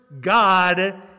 God